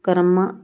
ਕ੍ਰਮ